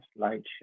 Slideshow